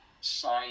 sign